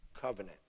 covenant